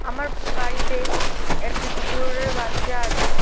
আমার বাড়িতে একটি কুকুরের বাচ্চা আছে